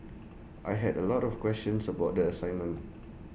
I had A lot of questions about the assignment